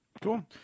Cool